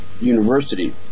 University